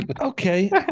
okay